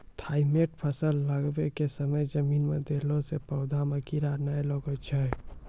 Thimet फ़सल लगाबै के समय जमीन मे देला से पौधा मे कीड़ा नैय लागै छै?